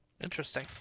Interesting